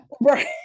right